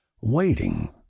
waiting